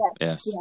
Yes